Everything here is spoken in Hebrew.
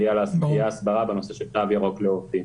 תהיה הסברה בנושא של תו ירוק לעובדים.